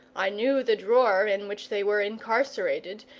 i knew the drawer in which they were incarcerated,